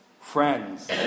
Friends